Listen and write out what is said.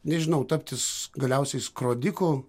nežinau tapti s galiausiai skrodiku